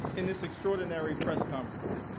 in this extraordinary press conference,